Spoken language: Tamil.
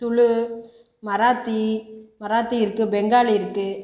துளு மராத்தி மராத்தி இருக்கு பெங்காலி இருக்கு